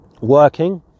working